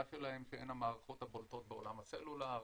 שלהם שהן המערכות הבולטות בעולם הסלולר,